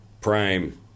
prime